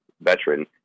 veteran